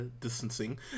distancing